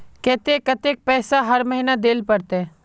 केते कतेक पैसा हर महीना देल पड़ते?